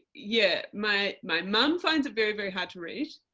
yeah my, my mum finds it very very hard to read.